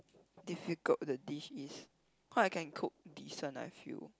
difficult the dish is because I can cook descent I feel